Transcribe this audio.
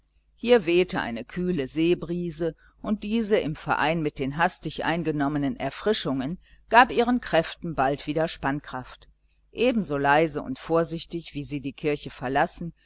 hier wehte eine kühle seebrise und diese im verein mit den hastig eingenommenen erfrischungen gab ihren kräften bald wieder spannkraft ebenso leise und vorsichtig wie sie die kirche verlassen